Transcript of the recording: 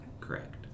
Correct